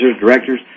directors